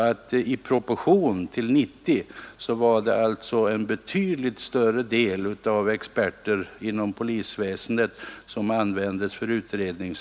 I proportion till hela antalet 90 var det alltså då en betydligt större del polisutbildad personal som användes.